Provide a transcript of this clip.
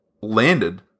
landed